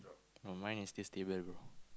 oh mine is this table bro